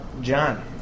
John